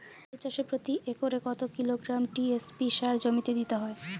আলু চাষে প্রতি একরে কত কিলোগ্রাম টি.এস.পি সার জমিতে দিতে হয়?